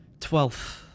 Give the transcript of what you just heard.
Twelfth